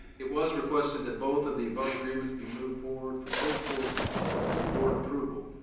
it was requested that both of the above agreements be moved forward for full for full board approval.